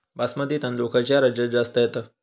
बासमती तांदूळ खयच्या राज्यात जास्त येता?